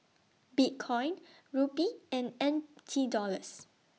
Bitcoin Rupee and N T Dollars